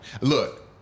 look